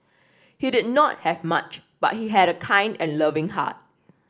he did not have much but he had a kind and loving heart